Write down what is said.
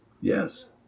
yes